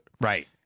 right